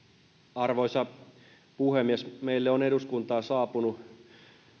arvoisa puhemies meille on eduskuntaan saapunut